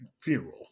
funeral